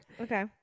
Okay